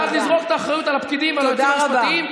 ואז לזרוק את האחריות על הפקידים ועל היועצים המשפטיים.